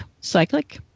cyclic